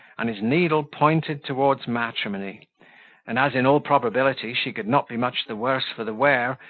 and his needle pointed towards matrimony and as, in all probability, she could not be much the worse for the wear,